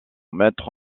mettre